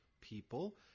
people